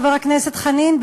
חבר הכנסת חנין?